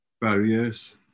barriers